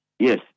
Yes